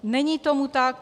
Není tomu tak.